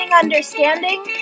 Understanding